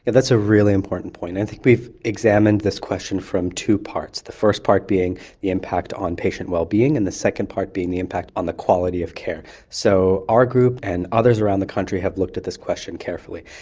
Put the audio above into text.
that's a really important point, and i think we've examined this question from two parts, the first part being the impact on patient well-being, and the second part being the impact on the quality of care. so our group and others around the country have looked at this question carefully,